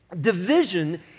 Division